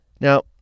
Now